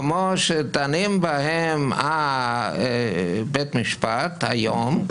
כמו שדנים בהם בתי המשפט היום,